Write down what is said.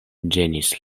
ĝenis